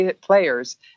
players